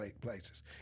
places